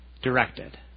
directed